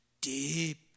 deep